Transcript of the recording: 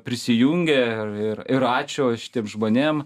prisijungė ir ir ačiū šitiem žmonėm